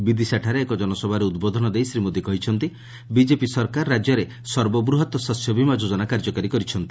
ବିଦିଶାଠାରେ ଏକ ଜନସଭାରେ ଉଦ୍ବୋଧନ ଦେଇ ଶ୍ରୀ ମୋଦି କହିଛନ୍ତି ବିଜେପି ସରକାର ରାଜ୍ୟରେ ସର୍ବବୃହତ୍ ଶସ୍ୟବୀମା ଯୋଜନା କାର୍ଯ୍ୟକାରୀ କରିଛନ୍ତି